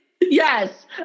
Yes